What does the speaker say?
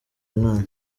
umwana